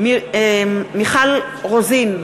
מיכל רוזין,